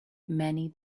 many